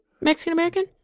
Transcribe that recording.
mexican-american